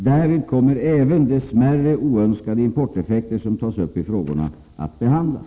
Därvid kommer även de smärre oönskade importeffekter som tas upp i frågorna att behandlas.